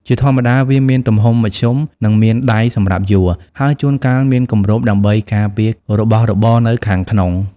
ជាធម្មតាវាមានទំហំមធ្យម និងមានដៃសម្រាប់យួរ ហើយជួនកាលមានគម្របដើម្បីការពាររបស់របរនៅខាងក្នុង។